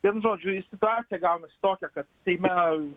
vienu žodžiu ir situacija gaunasi tokia kad seime